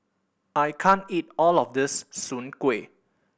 I can't eat all of this Soon Kueh